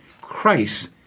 Christ